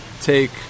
take